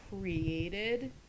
created